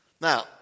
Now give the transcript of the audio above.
Now